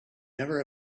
never